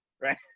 right